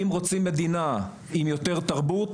אם רוצים מדינה עם יותר תרבות